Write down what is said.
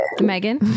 Megan